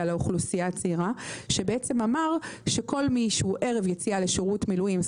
לאוכלוסייה צעירה והוא אמר שכל מי שערב יציאה לשירות מילואים,